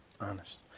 Honest